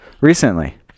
Recently